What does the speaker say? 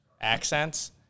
accents